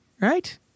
right